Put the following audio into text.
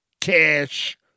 cash